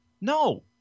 No